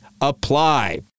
apply